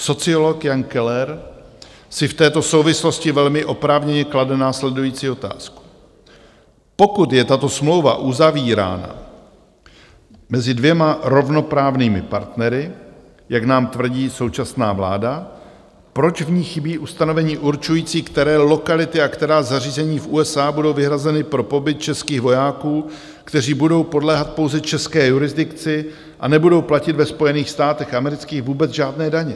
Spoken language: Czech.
Sociolog Jan Keller si v této souvislosti velmi oprávněně klade následující otázku: Pokud je tato smlouva uzavírána mezi dvěma rovnoprávnými partnery, jak nám tvrdí současná vláda, proč v ní chybí ustanovení určující, které lokality a která zařízení v USA budou vyhrazeny pro pobyt českých vojáků, kteří budou podléhat pouze české jurisdikci a nebudou platit ve Spojených státech amerických vůbec žádné daně?